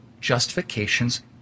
justifications